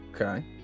Okay